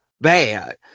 Bad